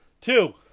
two